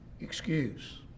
excuse